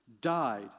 died